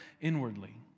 inwardly